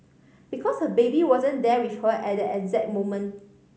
because her baby wasn't there with her at that exact moment